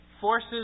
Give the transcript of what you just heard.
forces